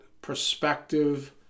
perspective